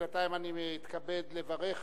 בינתיים אני מתכבד לברך